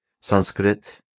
Sanskrit